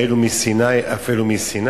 מה אלו מסיני, אף אלו מסיני.